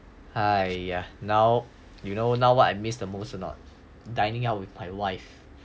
!aiya! now you know now what I miss the most or not dining out with my wife